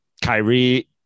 Kyrie